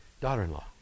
daughter-in-law